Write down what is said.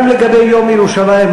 גם לגבי יום ירושלים,